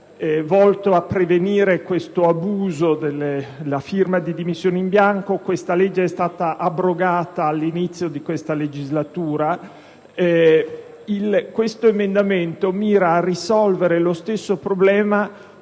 volto a prevenire l'abuso della firma di dimissioni in bianco, ma quella legge è stata abrogata all'inizio di questa legislatura. L'emendamento 25.0.1 mira a risolvere lo stesso problema